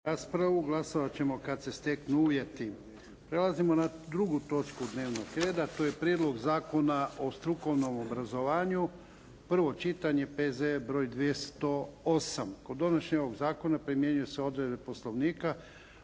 **Jarnjak, Ivan (HDZ)** Prelazimo na 2. točku dnevnog reda, to je - Prijedlog zakona o strukovnom obrazovanju, prvo čitanje, P.Z.E. br. 208 Kod donošenja ovog zakona primjenjuju se odredbe Poslovnika